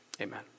Amen